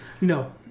No